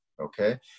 okay